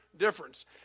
Difference